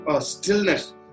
stillness